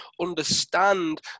understand